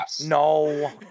No